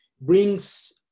brings